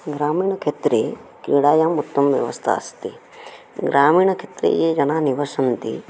ग्रामीणक्षेत्रे क्रीडायाम् उत्तमव्यवस्था अस्ति ग्रामीणक्षेत्रे ये जनाः निवसन्ति